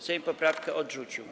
Sejm poprawkę odrzucił.